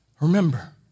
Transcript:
Remember